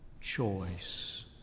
choice